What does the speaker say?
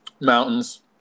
Mountains